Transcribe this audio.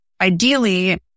ideally